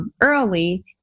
Early